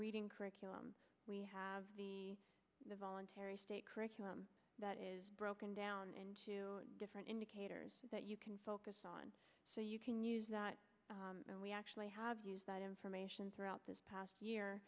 reading curriculum we have the voluntary state curriculum that is broken down into different indicators that you can focus on so you can use that we actually have use that information throughout the past year